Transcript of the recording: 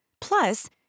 Plus